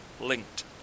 linked